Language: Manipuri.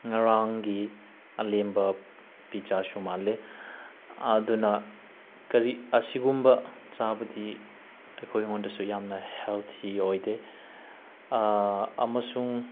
ꯉꯔꯥꯡꯒꯤ ꯑꯔꯦꯝꯕ ꯄꯤꯖꯥꯁꯨ ꯃꯥꯜꯂꯦ ꯑꯗꯨꯅ ꯀꯔꯤ ꯑꯁꯤꯒꯨꯝꯕ ꯆꯥꯕꯗꯤ ꯑꯩꯈꯣꯏ ꯑꯩꯉꯣꯟꯗꯁꯨ ꯌꯥꯝꯅ ꯍꯦꯜꯊꯤ ꯑꯣꯏꯗꯦ ꯑꯃꯁꯨꯡ